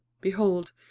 Behold